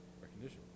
recognition